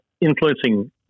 influencing